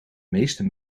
meeste